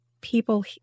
people